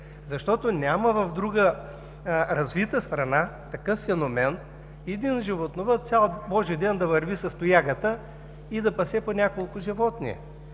Няма в друга развита страна такъв феномен – един животновъд цял божи ден да върви с тоягата и да пасе по няколко животни,